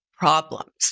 Problems